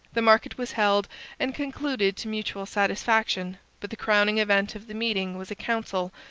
the market was held and concluded to mutual satisfaction, but the crowning event of the meeting was a council,